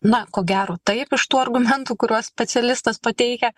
na ko gero taip iš tų argumentų kuriuos specialistas pateikia